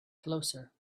closer